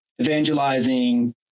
evangelizing